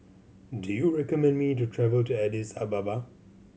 do you recommend me to travel to Addis Ababa